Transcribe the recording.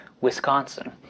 Wisconsin